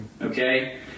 okay